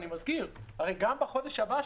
אני מזכיר שגם בחודש הבא,